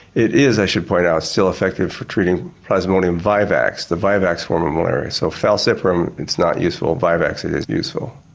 it is, i should point out, still effective for treating plasmodium vivax, the vivax form of malaria. so falciparum it's not useful, vivax it is useful.